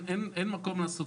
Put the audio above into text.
אין מקום להתפנות